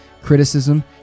Criticism